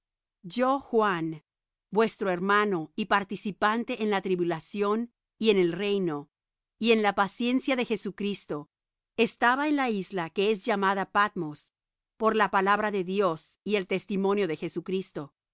yo juan vuestro hermano y participante en la tribulación y en el reino y en la paciencia de jesucristo estaba en la isla que es llamada patmos por la palabra de dios y el testimonio de jesucristo